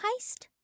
heist